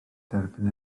derbyn